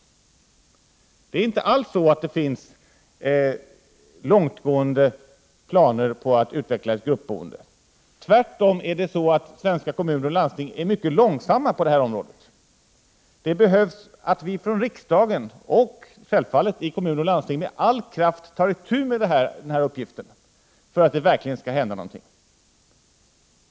Det finns inte alls några långtgående planer på utveckling av ett gruppboende. Tvärtom är svenska kommuner och landsting mycket långsamma på det här området. Riksdagen, och självfallet kommuner och landsting, behöver med all kraft ta itu med den här uppgiften för att det verkligen skall hända någonting.